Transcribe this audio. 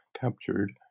captured